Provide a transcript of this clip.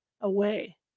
Away